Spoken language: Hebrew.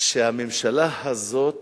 שהממשלה הזאת